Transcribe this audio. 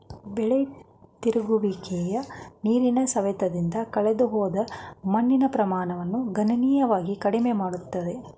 ಬೆಳೆ ತಿರುಗುವಿಕೆಯು ನೀರಿನ ಸವೆತದಿಂದ ಕಳೆದುಹೋದ ಮಣ್ಣಿನ ಪ್ರಮಾಣವನ್ನು ಗಣನೀಯವಾಗಿ ಕಡಿಮೆ ಮಾಡುತ್ತದೆ